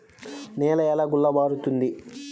నేల ఎలా గుల్లబారుతుంది?